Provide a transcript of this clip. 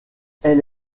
elle